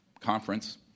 conference